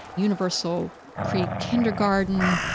universal pre-kindergarten.